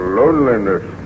loneliness